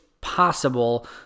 possible